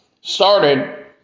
started